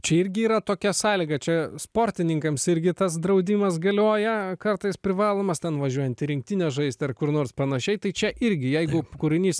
čia irgi yra tokia sąlyga čia sportininkams irgi tas draudimas galioja kartais privalomas ten važiuojant į rinktinę žaist ar kur nors panašiai tai čia irgi jeigu kūrinys